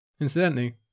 Incidentally